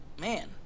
Man